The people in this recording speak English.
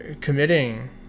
committing